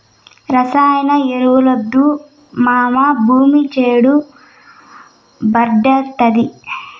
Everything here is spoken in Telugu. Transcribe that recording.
రసాయన ఎరువులొద్దు మావా, భూమి చౌడు భార్డాతాది